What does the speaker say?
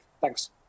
Thanks